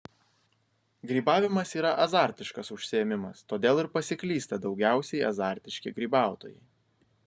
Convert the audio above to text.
grybavimas yra azartiškas užsiėmimas todėl ir pasiklysta daugiausiai azartiški grybautojai